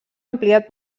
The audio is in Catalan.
ampliat